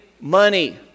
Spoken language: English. money